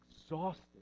exhausted